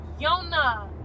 Yona